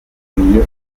milieu